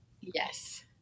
Yes